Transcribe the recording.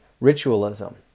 ritualism